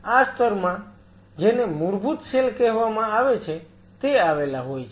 આ સ્તરમાં જેને મૂળભૂત સેલ કહેવામાં આવે છે તે આવેલા હોય છે